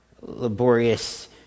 laborious